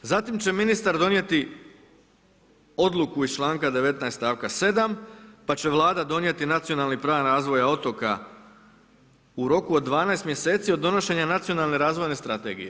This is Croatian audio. Zatim će ministar donijeti odluku iz članka 19. stavka 7 pa će vlada donijeti nacionalni program razvoja otoka u roku od 12 mjeseci od donošenja nacionalne razvojne strategije.